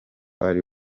ari